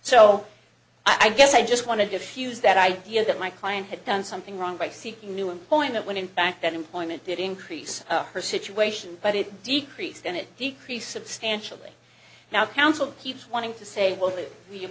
so i guess i just want to diffuse that idea that my client had done something wrong by seeking new employment when in fact that employment did increase her situation but it decreased and it decreased substantially now council keeps wanting to say